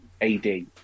AD